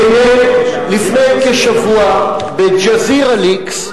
והנה, לפני כשבוע, ב"ג'זירה-ליקס",